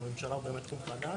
בממשלה הוא באמת תחום חדש.